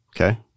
Okay